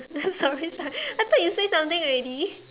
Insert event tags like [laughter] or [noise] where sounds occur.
[laughs] sorry sorry I thought you said something already